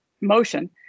motion